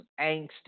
angst